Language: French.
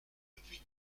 depuis